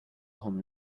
whom